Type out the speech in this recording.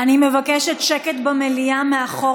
אני מבקשת שקט במליאה מאחור.